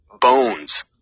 bones